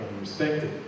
respected